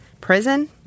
prison